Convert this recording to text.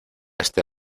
este